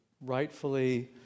rightfully